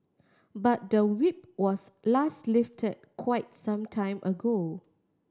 but the Whip was last lifted quite some time ago